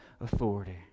authority